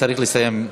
צריך לסיים.